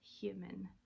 human